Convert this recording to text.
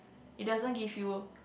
it doesn't give you